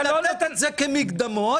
מקדמות.